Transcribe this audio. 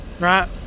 Right